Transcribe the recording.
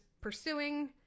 pursuing